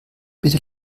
bitte